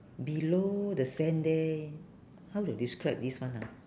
below the sand there how to describe this one ah